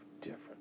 different